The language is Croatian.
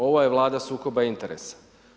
Ova je Vlada sukoba interesa.